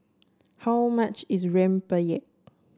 how much is Rempeyek